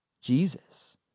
Jesus